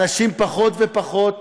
אנשים פחות ופחות